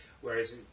Whereas